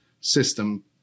system